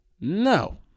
no